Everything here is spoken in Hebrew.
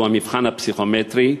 שהוא המבחן הפסיכומטרי.